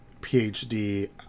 phd